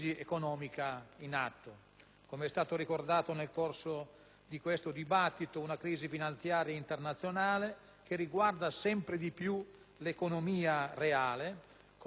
Come è stato ricordato nel corso di questo dibattito, si tratta di una crisi finanziaria internazionale che riguarda sempre più l'economia reale, come testimoniano i dati diffusi